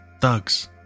thugs